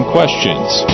Questions